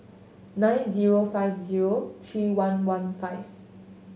nine zero five zero three one one five